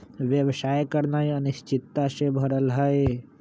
व्यवसाय करनाइ अनिश्चितता से भरल हइ